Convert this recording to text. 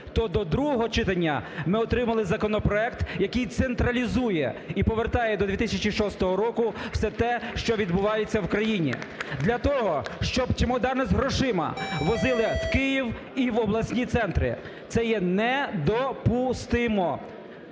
то до другого читання ми отримали законопроект, який централізує і повертає до 2006 року все те, що відбувається в країні, для того, щоб чемодани з грошима возили в Київ і в обласні центри. Це є недопустимо.